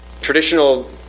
traditional